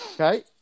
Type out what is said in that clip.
Okay